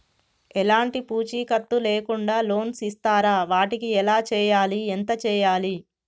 ఎలాంటి పూచీకత్తు లేకుండా లోన్స్ ఇస్తారా వాటికి ఎలా చేయాలి ఎంత చేయాలి?